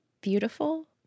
beautiful